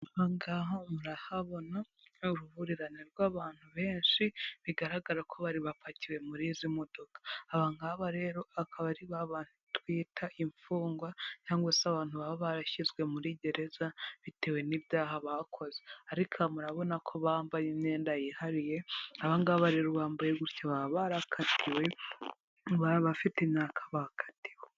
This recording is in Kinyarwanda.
Aha ngaha murahabona uruhurirane rw'abantu benshi bigaragara ko bari bapakiwe muri izi modoka. aba ngaba rero akaba ari bantu twita imfungwa cyangwa se abantu baba barashyizwe muri gereza bitewe n'ibyaha bakoze. Ariko aba murabona ko bambaye imyenda yihariye aba ngaba rero bambaye gutyo baba barakatiwe baba bafite imyaka bakatiwe.